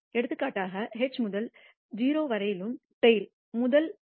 எடுத்துக்காட்டாக H முதல் 0 வரையிலும் டைல் முதல் 1 ஆகவும் மேப் செய்கிறோம்